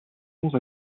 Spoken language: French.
longs